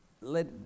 let